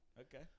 Okay